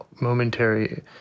momentary